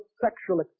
sexual